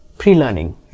pre-learning